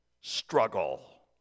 struggle